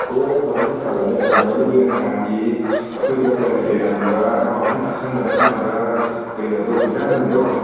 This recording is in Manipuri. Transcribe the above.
ꯑꯣ ꯐꯕꯅꯤ ꯐꯕꯅꯤ ꯑꯗ ꯃꯔꯨ ꯑꯣꯏꯅ ꯅꯍꯥꯟꯒꯤ ꯑꯩꯈꯣꯏ ꯗꯣꯛꯇꯔꯅ ꯏꯔꯝꯕ ꯃꯈꯨꯝ ꯑꯁꯪꯕꯅ ꯄꯥꯟꯕ ꯀꯩꯅꯣꯗꯣ ꯕꯤꯇꯥꯃꯤꯟꯗꯣ